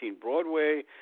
Broadway